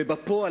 ובפועל,